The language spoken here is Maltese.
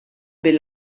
bil